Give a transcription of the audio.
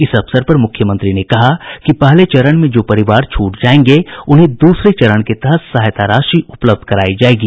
इस अवसर पर मुख्यमंत्री ने कहा कि पहले चरण में जो परिवार छूट जायेंगे उन्हें दूसरे चरण के तहत सहायता राशि उपलब्ध करायी जायेगी